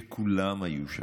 כשכולם היו שם,